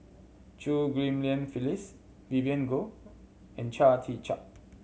Chew Ghim Lian Phyllis Vivien Goh and Chia Tee Chiak